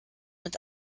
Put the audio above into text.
mit